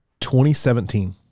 2017